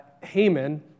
Haman